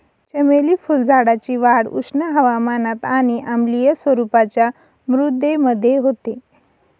चमेली फुलझाडाची वाढ उष्ण हवामानात आणि आम्लीय स्वरूपाच्या मृदेमध्ये होते